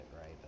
right